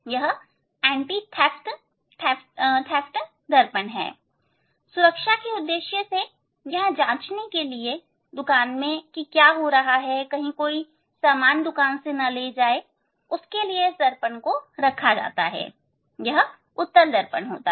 यह anti theft दर्पण है सुरक्षा के उद्देश्य से यह जांचने के लिए की दुकान में क्या हो रहा है कहीं कोई दुकान से चीजें लेकर जा रहा है या नहीं यह इस दर्पण के द्वारा देखा जाता है वह दर्पण उत्तल दर्पण है